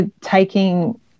taking